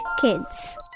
kids